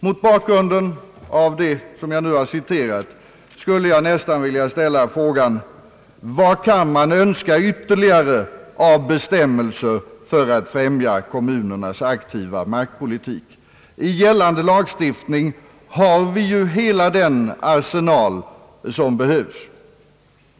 Mot bakgrunden av vad jag nu citerat skulle jag vilja fråga: Vad kan man önska ytterligare av bestämmelser för att främja kommunernas aktiva markpolitik? I gällande lagstiftning har vi ju hela den arsenal som behövs.